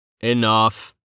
Enough